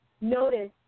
notice